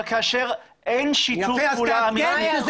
אבל כאשר אין שיתוף פעולה --- יפה,